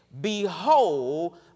Behold